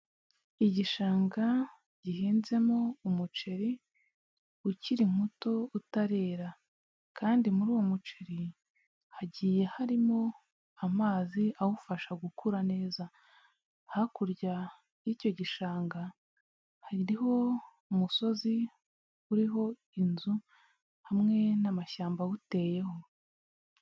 Igishanga gihinzemo umuceri ukiri muto utarera, kandi muri uwo muceri hagiye harimo amazi awufasha gukura neza. Hakurya y'icyo gishanga hariho umusozi uriho inzu hamwe n'amashyamba awuteyeho.